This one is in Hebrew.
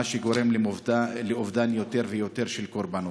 מה שגורם לאובדן יותר ויותר של קורבנות.